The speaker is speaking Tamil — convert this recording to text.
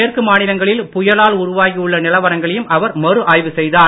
மேற்கு மாநிலங்களில் புயலால் உருவாகி உள்ள நிலவரங்களையும் அவர் மறுஆய்வு செய்தார்